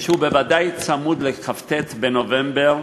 הוא בוודאי צמוד לכ"ט בנובמבר,